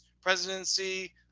presidency